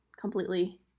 completely